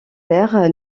aires